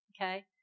okay